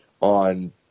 on